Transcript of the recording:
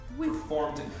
performed